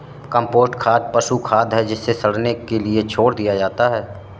compost खाद पशु खाद है जिसे सड़ने के लिए छोड़ दिया जाता है